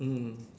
mm